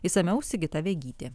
išsamiau sigita vegytė